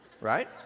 Right